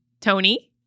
Tony